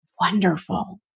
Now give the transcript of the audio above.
wonderful